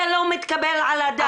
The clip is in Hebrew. זה לא מתקבל על הדעת.